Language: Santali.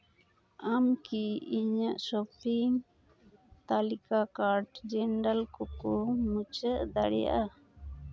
ᱟᱢ ᱠᱤ ᱤᱧᱟᱹᱜ ᱥᱚᱯᱤᱝ ᱛᱟᱹᱞᱤᱠᱟ ᱠᱟᱨᱴ ᱡᱤᱱᱰᱟᱞ ᱠᱳᱠᱳ ᱢᱩᱪᱷᱟᱹᱣ ᱫᱟᱲᱮᱭᱟᱜᱼᱟ